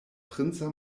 princa